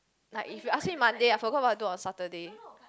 like if you ask him Monday I forgot what to do on Saturday